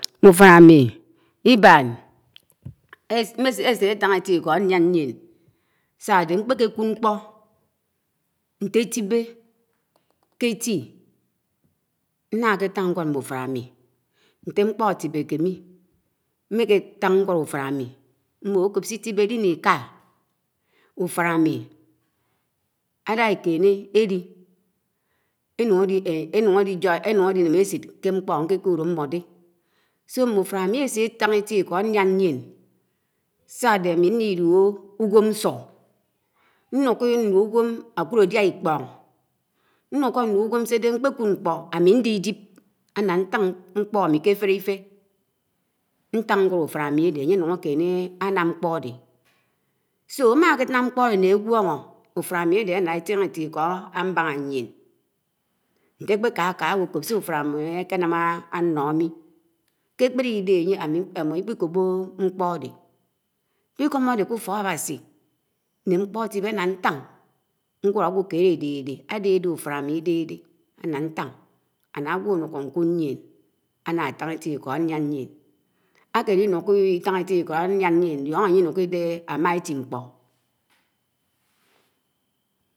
ùfan ãmi ibañ ẽsetãn etti iko̱ ẽbaha yien sã ãde ñkpekẽkũd nkpo̱ ñte tibe kẽ ẽti ñna kẽtañg m̃me ũfan ãmi, ñte ñkpo̱ Ãtibéké mi ñte ñkpo̱ ãtibekẽ m̃i ñte ñkpo̱ ãtibekẽ m̃mi, m̃mekẽ tãn ñgu̱ok m̃me ũfan ãmi m̃mo̱ ãko̱p s̄itibe li ñi ika ũfa ãmi ẽsetãn ẽtti iko̱ elia̱na̱ yieṉ, s̄adẽ ãmi ñlilùho̱ ugwem̱ ñsu, ñio̱ko̱ ñlu ũgwem ãkud ãdia ikpo̱n, ñluko̱ nlũ ũgwem s̄ede ñkpejũd ñkpo̱ ãmi ñdidip ãnna ñtan ñkpo̱ ãmi, ke fẽrrifẽ ñtang ñgwo̱k ũfan ãmi ãde ãnye ãnu̱n akem̃e ãnam ñkpo̱ ãde ãma ãkenam nkpo̱ ãde ñne ãguo̱ho̱, ũfan āmi ãde ãnna ãjem ètti iko̱ ãbaha ȳien, ñte kpe kaka ãgwo̱ ko̱pse ũfan ãmi ãkenam ãno̱ mi. Ke ekpei d̄ehe ãnye, imo̱ ikpiko̱bo̱ ñkpo̱ ãde, k̄piko̱mo̱ ãde kũfo̱k Awasi, mm̃e ñkpo̱ atibe ãnna ñtan ñgwo̱d ãgwo̱ kẽd ãdede, ãdedẽ ũfan ãmi īdede, ãnña ntang āgwo̱ ãkude ȳien a̱la atang ẽtti iko̱ alian ȳien. Amalinuko̱ itang ẽtti iko̱ īlian ȳien, ñlo̱ho̱ ãnye inuko̱ íde ãma ẽtti ñkpo̱.